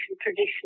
tradition